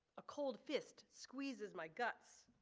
a cold fist squeezes my guts.